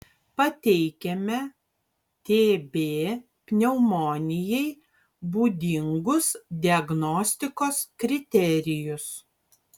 pateikiame tb pneumonijai būdingus diagnostikos kriterijus